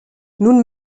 nun